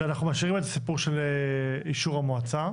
ואנחנו משאירים את העניין של אישור המועצה.